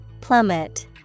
Plummet